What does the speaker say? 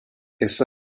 essa